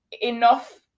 enough